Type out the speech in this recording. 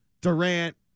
Durant